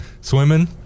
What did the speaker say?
swimming